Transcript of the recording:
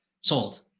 Sold